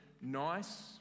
nice